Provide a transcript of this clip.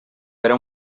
era